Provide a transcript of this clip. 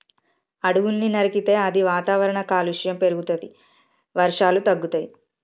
అడవుల్ని నరికితే అది వాతావరణ కాలుష్యం పెరుగుతది, వర్షాలు తగ్గుతయి